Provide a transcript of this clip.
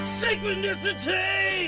synchronicity